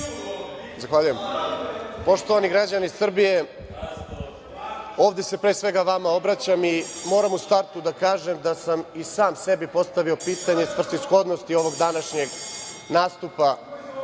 Zahvaljujem. Poštovani građani Srbije, ovde se pre svega vama obraćam i moram u startu da kažem da sam i sam sebi postavio pitanje zbog svrsishodnosti ovog današnjeg nastupa,